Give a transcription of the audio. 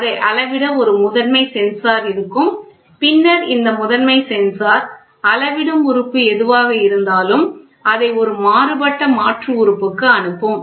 அதை அளவிட ஒரு முதன்மை சென்சார் இருக்கும் பின்னர் இந்த முதன்மை சென்சார் அளவிடும் உறுப்பு எதுவாக இருந்தாலும் அதை ஒரு மாறுபட்ட மாற்று உறுப்புக்கு அனுப்பும்